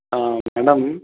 ہاں میڈم